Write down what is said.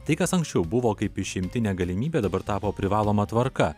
tai kas anksčiau buvo kaip išimtinė galimybė dabar tapo privaloma tvarka